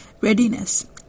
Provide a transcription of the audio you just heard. readiness